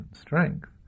strength